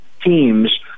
teams